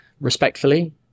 Respectfully